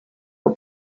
are